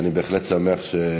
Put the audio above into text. אני בהחלט שמח,